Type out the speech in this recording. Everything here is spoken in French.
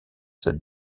cette